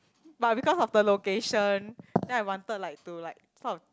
but because of the location then I wanted like to like sort of